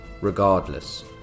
Regardless